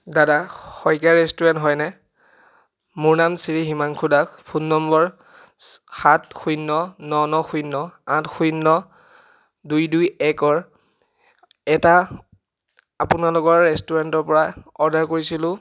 দাদা শইকীয়া ৰেষ্টুৰেণ্ট হয়নে মোৰ নাম শ্ৰী হিমাংশু দাস ফোন নম্বৰ সাত শূন্য ন ন শূন্য আঠ শূন্য দুই দুই একৰ এটা আপোনালোকৰ ৰেষ্টুৰেণ্টৰ পৰা অৰ্ডাৰ কৰিছিলোঁ